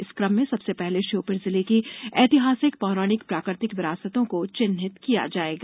इस क्रम में सबसे पहले श्योपुर जिले की ऐतिहासिक पौराणिक प्राकृतिक विरासतों को चिन्हित किया जाएगा